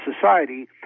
Society